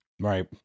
Right